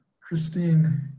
Christine